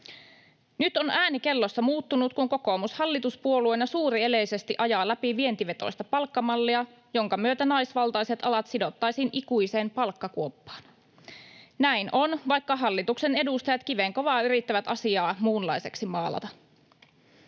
Nyt on ääni kellossa muuttunut, kun kokoomus hallituspuolueena suurieleisesti ajaa läpi vientivetoista palkkamallia, jonka myötä naisvaltaiset alat sidottaisiin ikuiseen palkkakuoppaan. Näin on, vaikka hallituksen edustajat kivenkovaa yrittävät asiaa muunlaiseksi maalata.